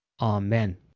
Amen